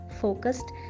focused